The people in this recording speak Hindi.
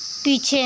पीछे